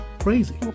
crazy